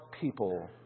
people